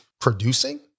producing